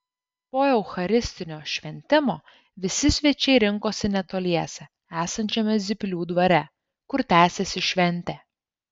po eucharistinio šventimo visi svečiai rinkosi netoliese esančiame zyplių dvare kur tęsėsi šventė